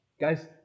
guys